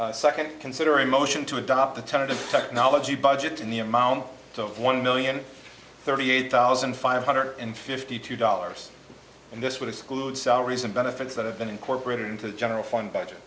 has second considering motion to adopt a tentative technology budget in the amount of one million thirty eight thousand five hundred and fifty two dollars and this would exclude salaries and benefits that have been incorporated into the general fund budget